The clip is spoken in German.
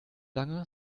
lange